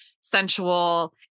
sensual